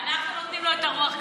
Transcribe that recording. ואני חשבתי שכשתמונה לשר,